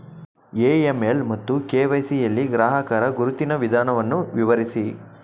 AML ಮತ್ತು KYC ಯಲ್ಲಿ ಗ್ರಾಹಕರ ಗುರುತಿನ ವಿಧಾನವನ್ನು ವಿವರಿಸಿ?